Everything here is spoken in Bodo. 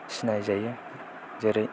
सिनायजायो जेरै